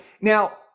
Now